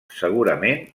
segurament